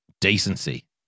decency